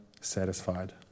satisfied